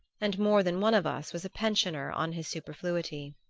and more than one of us was a pensioner on his superfluity.